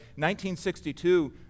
1962